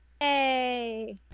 Hey